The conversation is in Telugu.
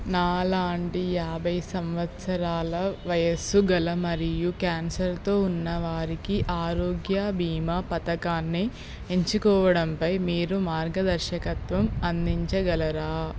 నాలాంటి యాభై సంవత్సరాల వయస్సు గల మరియు క్యాన్సర్తో ఉన్నవారికి ఆరోగ్య భీమా పథకాన్ని ఎంచుకోవడంపై మీరు మార్గదర్శకత్వం అందించగలరా